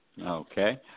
Okay